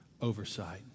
oversight